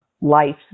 life